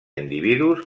individus